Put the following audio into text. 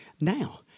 now